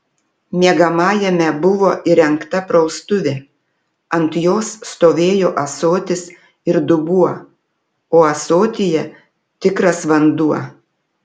miegamajame buvo įrengta praustuvė ant jos stovėjo ąsotis ir dubuo o ąsotyje tikras vanduo